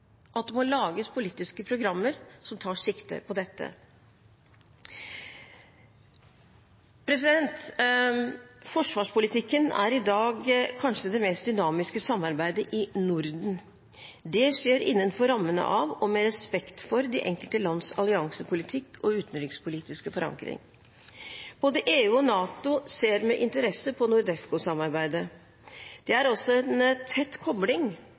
at det må lages politiske programmer som tar sikte på dette. Forsvarspolitikken er i dag kanskje det mest dynamiske samarbeidet i Norden. Det skjer innenfor rammene av og med respekt for de enkelte lands alliansepolitikk og utenrikspolitiske forankring. Både EU og NATO ser med interesse på NORDEFCO-samarbeidet. Det er også en tett kobling